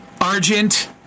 Argent